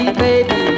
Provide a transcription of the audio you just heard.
baby